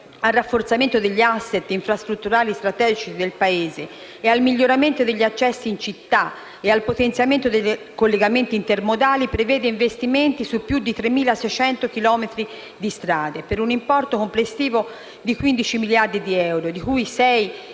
al rafforzamento degli *asset* infrastrutturali strategici del Paese, al miglioramento degli accessi in città e al potenziamento dei collegamenti intermodali, prevede investimenti su più di 3.600 chilometri di strade per un importo complessivo di 15 miliardi di euro, di cui